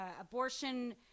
abortion